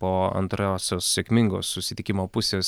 po antrosios sėkmingos susitikimo pusės